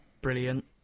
brilliant